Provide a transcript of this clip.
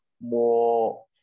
more